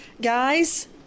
guys